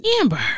Amber